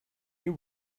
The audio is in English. you